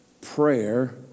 Prayer